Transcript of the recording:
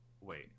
Wait